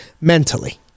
mentally